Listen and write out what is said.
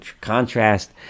contrast